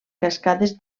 cascades